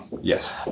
Yes